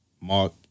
Mark